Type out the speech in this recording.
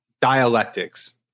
dialectics